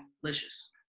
delicious